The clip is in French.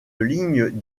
ligne